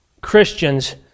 Christians